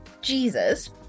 Jesus